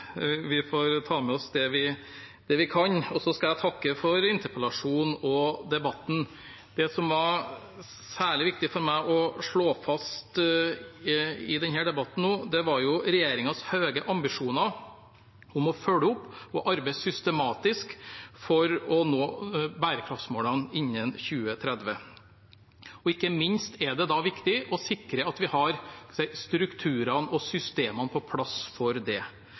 Vi får ta med oss det vi kan. Så skal jeg takke for interpellasjonen og debatten. Det som var særlig viktig for meg å slå fast i denne debatten nå, var regjeringens høye ambisjoner om å følge opp og arbeide systematisk for å nå bærekraftsmålene innen 2030. Ikke minst er det da viktig å sikre at vi har strukturene og systemene på plass for det.